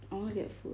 I want to get food